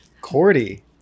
Cordy